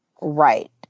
Right